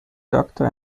doctor